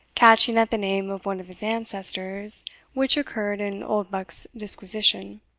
catching at the name of one of his ancestors which occurred in oldbuck's disquisition,